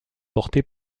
porté